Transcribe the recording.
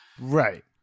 Right